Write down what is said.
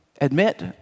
admit